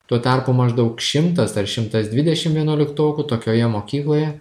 tuo tarpu maždaug šimtas ar šimtas dvidešimt vienuoliktokų tokioje mokykloje